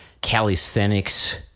calisthenics